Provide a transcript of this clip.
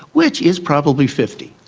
which is probably fifty.